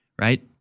right